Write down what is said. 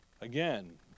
Again